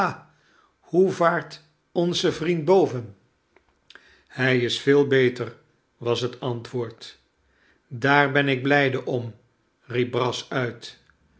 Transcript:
hoe vaart onze vriend boven hij is veel beter was het antwoord daar ben ik blijde om riep brass uit